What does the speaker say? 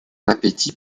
appétit